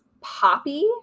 Poppy